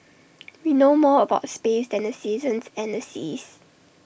we know more about space than the seasons and the seas